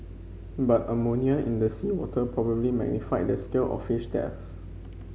but ammonia in the seawater probably magnified the scale of fish deaths